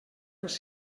els